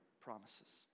promises